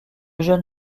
jeune